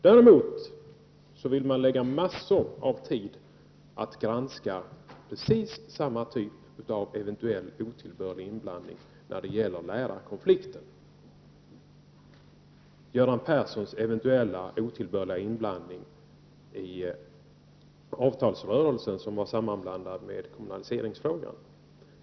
Däremot vill utskottet lägga massor av tid på att granska precis samma typ av eventuell, otillbörlig inblandning när det gäller lärarkonflikten, dvs. Göran Perssons eventuella, otillbörliga inblandning i avtalsrörelsen, som var sammanblandad med kommunaliseringsfrågan.